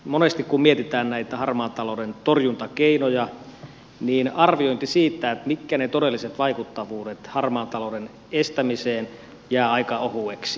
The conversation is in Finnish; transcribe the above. monesti kun mietitään näitä harmaan talouden torjuntakeinoja arviointi siitä mitkä ne todelliset vaikuttavuudet harmaan talouden estämiseen ovat jää aika ohueksi